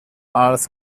als